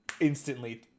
instantly